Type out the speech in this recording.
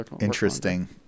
Interesting